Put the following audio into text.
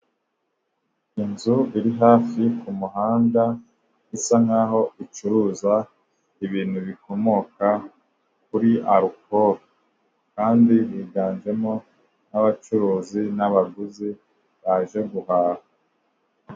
Inzu iri hafi ku muhanda, isa nk'aho icuruza ibintu bikomoka kuri arkoro kandi higanjemo n'abacuruzi n'abaguzi baje guhaha.